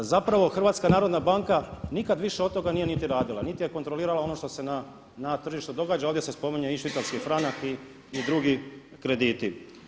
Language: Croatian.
Zapravo HNB nikada više od toga nije niti radila, niti je kontrolirala ono što se na tržištu događa a ovdje se spominje i švicarski franak i drugi krediti.